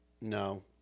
No